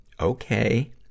okay